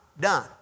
done